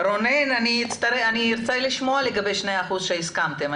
רונן, אני ארצה לשמוע לגבי 2% שהסכמתם.